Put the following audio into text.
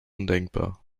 undenkbar